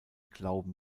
glauben